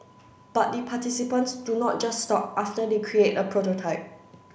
but the participants do not just stop after they create a prototype